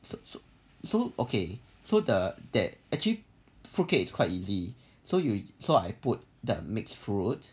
so so so okay so the that actually fruit cake is quite easy so you so I put that mixed fruit